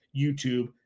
YouTube